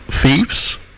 thieves